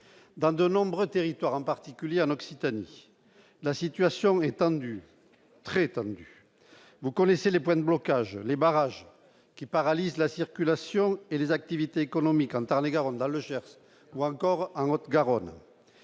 dans de nombreux territoires en particulier, en Occitanie, la situation est tendue, très tendu, vous connaissez les points de blocage, les barrages qui paralysent la circulation et les activités économiques en Tarn-et-Garonne, dans le Gers ou encore en Haute-Garonne,